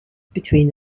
between